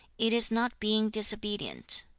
it is not being disobedient